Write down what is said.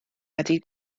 wedi